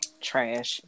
trash